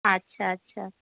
আচ্ছা আচ্ছা